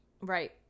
Right